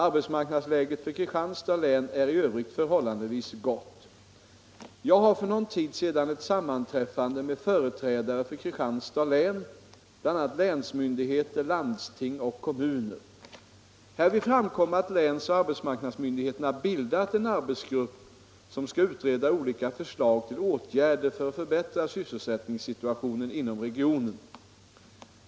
Arbetsmarknadsläget för Kristianstads län är i övrigt förhållandevis gott. Jag hade för någon tid sedan ett sammanträffande med företrädare för Kristianstads län, bl.a. länsmyndigheter, landsting och kommuner. Härvid framkom att läns och arbetsmarknadsmyndigheterna bildat en arbetsgrupp som skall utreda olika förslag till åtgärder för att förbättra sysselsättningssituationen inom regionen.